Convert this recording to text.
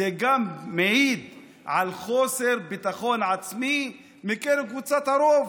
זה גם מעיד על חוסר ביטחון עצמי בקרב קבוצת הרוב,